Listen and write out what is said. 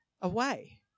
away